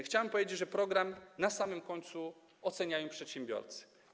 Chciałem powiedzieć, że program na samym końcu oceniają przedsiębiorcy.